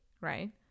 right